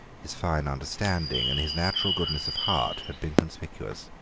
his fine understanding, and his natural goodness of heart, had been conspicuous.